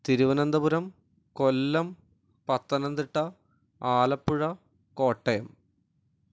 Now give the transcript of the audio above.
Thiruvananthapuram Kollam Pathanamthitta Alappuzha Kottayam